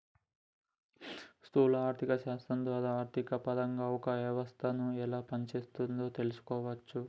స్థూల ఆర్థిక శాస్త్రం ద్వారా ఆర్థికపరంగా ఒక వ్యవస్థను ఎలా పనిచేస్తోందో తెలుసుకోవచ్చు